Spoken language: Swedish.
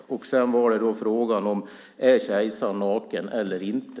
Sedan är frågan om kejsaren är naken eller inte.